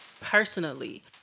personally